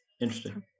Interesting